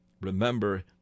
Remember